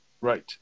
Right